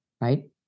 right